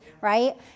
right